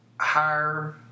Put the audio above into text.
higher